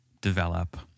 develop